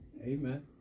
Amen